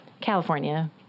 California